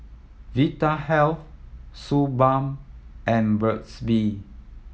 Vitahealth Suu Balm and Burt's Bee